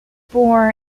born